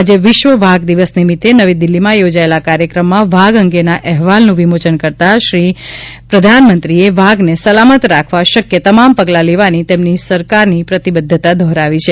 આજે વિશ્વ વાઘ દિવસ નિમિત્તે નવી દિલ્હીમાં યોજાયેલા કાર્યક્રમમાં વાઘ અંગેના અહેવાલનું વિમોચન કરતાં પ્રધાનમંત્રીએ વાઘને સલામત રાખવા શક્ય તમામ પગલા લેવાની તેમની સરકારની પ્રતિબદ્ધતા દોહરાવી છે